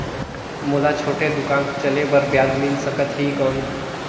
मोला छोटे दुकान चले बर ब्याज मिल सकत ही कौन?